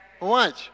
Watch